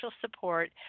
support